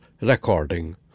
recording